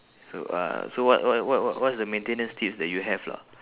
so uh so what what what what what's the maintenance tips that you have lah